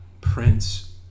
prince